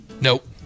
Nope